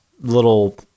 little